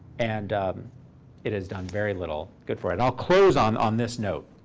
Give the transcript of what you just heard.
and it has done very little good for it. i'll close on on this note.